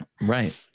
Right